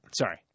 Sorry